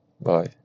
bye